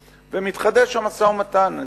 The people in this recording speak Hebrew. הפלסטינית, והמשא-ומתן מתחדש.